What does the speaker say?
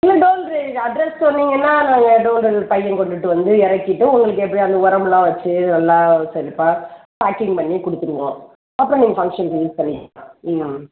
இல்லை door delivery தான் address சொன்னீங்கன்னால் நாங்கள் டோர் டெலிவரி பையன் கொண்டுட்டு வந்து இறக்கிட்டு உங்களுக்கு எப்படி அந்த ஒரம்மெல்லாம் வைச்சு நல்லா செழிப்பா பேக்கிங் பண்ணி கொடுத்துடுவோம் அப்புறம் நீங்கள் ஃபங்க்ஷனுக்கு யூஸ் பண்ணிக்கலாம் ம்